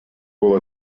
will